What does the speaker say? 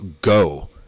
go